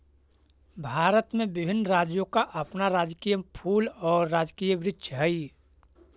भारत में विभिन्न राज्यों का अपना राजकीय फूल और राजकीय वृक्ष हई